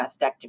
mastectomy